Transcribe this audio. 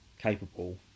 capable